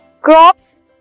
crops